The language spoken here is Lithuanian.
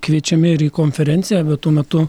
kviečiami ir į konferenciją bet tuo metu